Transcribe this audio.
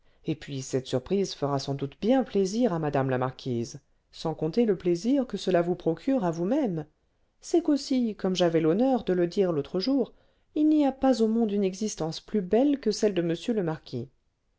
et puis cette surprise fera sans doute bien plaisir à mme la marquise sans compter le plaisir que cela vous procure à vous-même c'est qu'aussi comme j'avais l'honneur de le dire l'autre jour il n'y a pas au monde une existence plus belle que celle de monsieur le marquis